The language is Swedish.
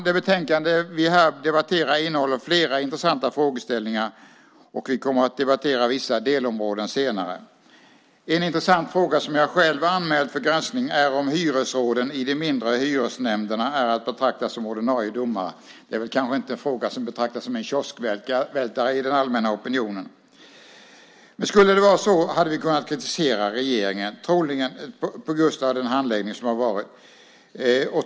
Det betänkande vi här debatterar innehåller flera intressanta frågeställningar, och vi kommer att debattera vissa delområden senare. En intressant fråga som jag själv anmält för granskning är om hyresråden i de mindre hyresnämnderna är att betrakta som ordinarie domare. Det är väl kanske inte en fråga som betraktas som en kioskvältare i den allmänna opinionen. Skulle det vara så hade vi troligen kunnat kritisera regeringen på grund av den handläggning som har varit.